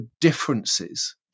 differences